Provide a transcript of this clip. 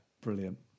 Brilliant